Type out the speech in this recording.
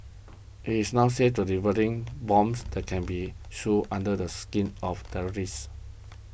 he is now said to developing bombs that can be sewn under the skin of terrorists